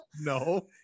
No